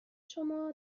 شما